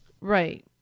Right